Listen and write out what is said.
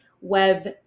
web